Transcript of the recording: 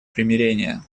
примирения